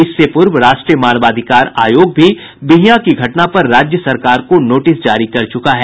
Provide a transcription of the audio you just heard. इससे पूर्व राष्ट्रीय मानवाधिकार आयोग भी बिहियां की घटना पर राज्य सरकार को नोटिस जारी कर चुका है